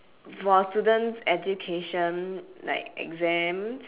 for students education like exams